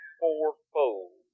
fourfold